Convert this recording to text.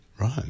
Right